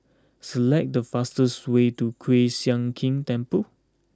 select the fastest way to Kiew Sian King Temple